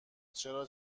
چرا